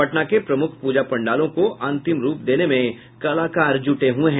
पटना के प्रमुख प्रजा पंडालों को अंतिम रूप देने में कलाकार जुटे हुये हैं